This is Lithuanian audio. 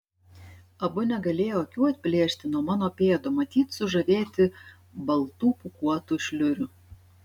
abu negalėjo akių atplėšti nuo mano pėdų matyt sužavėti baltų pūkuotų šliurių